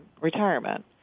retirement